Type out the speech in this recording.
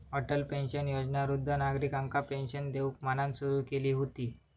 Atal pension योजना वृद्ध नागरिकांका पेंशन देऊक म्हणान सुरू केली हुती